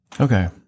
Okay